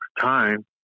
time